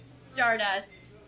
Stardust